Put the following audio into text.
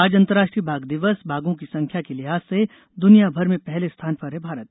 आज अंतर्राष्ट्रीय बाघ दिवस बाघों की संख्या की लिहाज से दुनिया भर में पहले स्थान पर है भारत